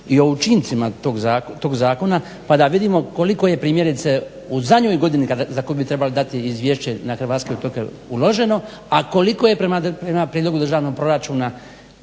i o učincima tog zakona pa da vidimo koliko je primjerice u zadnjoj godini za koju bi trebalo dati izvješće na hrvatske otoke uloženo a koliko je prema prijedlogu državnog proračuna